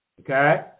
Okay